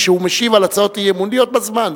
כשהוא משיב על הצעות אי-אמון להיות בזמן.